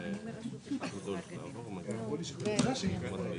אני מחדש את הישיבה.